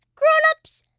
grown-ups,